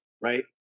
right